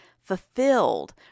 fulfilled